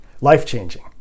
life-changing